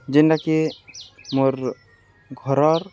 ଯେନ୍ଟାକି ମୋର୍ ଘରର୍